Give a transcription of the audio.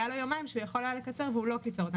יומיים שיכול היה לקצר ולא קיצר.